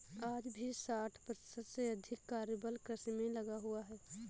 आज भी साठ प्रतिशत से अधिक कार्यबल कृषि में लगा हुआ है